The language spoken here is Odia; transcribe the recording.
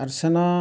ଆର୍ ସେନ